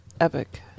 Epic